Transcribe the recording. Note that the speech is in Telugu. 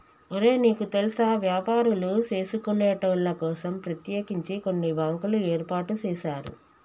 ఒరే నీకు తెల్సా వ్యాపారులు సేసుకొనేటోళ్ల కోసం ప్రత్యేకించి కొన్ని బ్యాంకులు ఏర్పాటు సేసారు